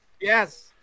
Yes